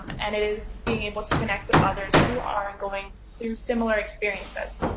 um and it is being able to connect with others who are going through similar experiences.